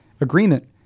agreement